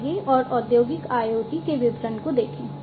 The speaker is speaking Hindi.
आइए और औद्योगिक IoT के विवरण को देखें